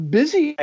busy